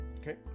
Okay